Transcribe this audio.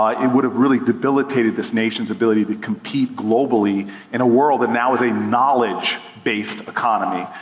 ah it would have really debilitated this nation's ability to compete globally in a world that now is a knowledge based economy.